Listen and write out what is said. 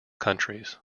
countries